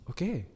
Okay